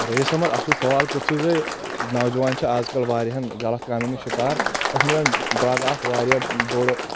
رعیس احمد اصٕل سوال پرژھوُ تۄہہ نوجوان چھِ آز کل واریاہن غلتھ کامٮ۪ن منٛز شکار یتھ منٛز زن ڈرگ اکھ واریاہ بوٚڑ